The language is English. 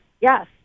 Yes